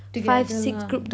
together lah